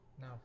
No